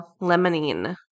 lemonine